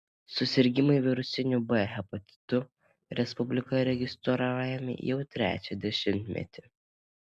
susirgimai virusiniu b hepatitu respublikoje registruojami jau trečią dešimtmetį